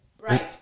Right